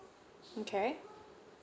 okay